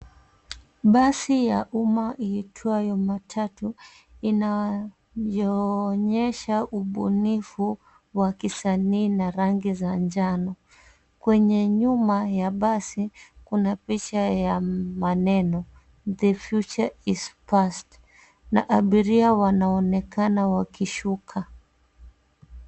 Basi ya umma iitwayo matatu inayoonyesha ubunifu wa kisanii na rangi za njano. Kwenye nyuma ya basi kuna picha ya maneno The future is past na abiria wanaonekana wakishuka.